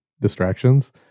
distractions